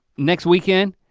next weekend.